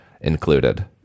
included